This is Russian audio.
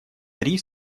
три